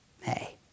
hey